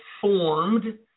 formed